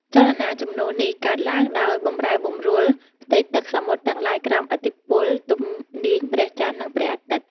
ចលនាជំនោរនេះកើតឡើងដោយបំរែបំរួលផ្ទៃទឹកសមុទ្រទាំងឡាយក្រោមឥទ្ធិពលទំនាញព្រះច័ន្ទ និងព្រះអាទិត្យ។